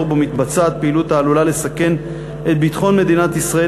שבו מתבצעת פעילות העלולה לסכן את ביטחון מדינת ישראל